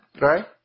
Right